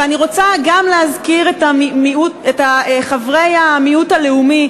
ואני רוצה גם להזכיר את חברי המיעוט הלאומי,